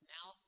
Now